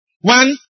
One